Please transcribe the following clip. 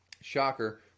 Shocker